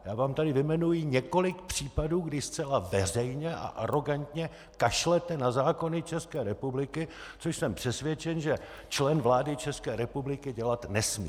Já vám tady vyjmenuji několik případů, kdy zcela veřejně a arogantně kašlete na zákony České republiky, což jsem přesvědčen, že člen vlády České republiky dělat nesmí!